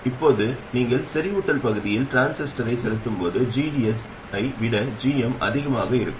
இப்போது நீங்கள் செறிவூட்டல் பகுதியில் டிரான்சிஸ்டரைச் செலுத்தும்போது gd ஐ விட gm அதிகமாக இருக்கும்